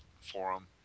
forum